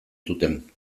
zuten